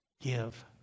give